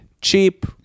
cheap